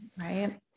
right